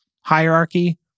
hierarchy